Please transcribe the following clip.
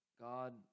God